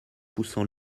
poussant